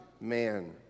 man